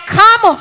come